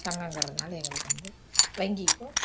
சங்கங்கறதுனால எங்களுக்கு வந்து வங்கிக்கும்